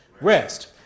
Rest